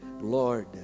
Lord